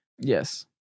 yes